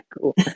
cool